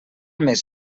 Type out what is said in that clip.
més